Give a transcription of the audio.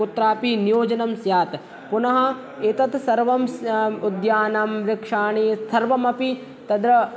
कुत्रापि नियोजनं स्यात् पुनः एतद् सर्वम् उद्यानं वृक्षाः सर्वमपि तत्र